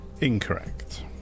incorrect